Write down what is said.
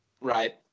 Right